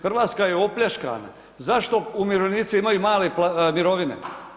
Hrvatska je opljačkana, zašto umirovljenici imaju male mirovine?